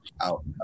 out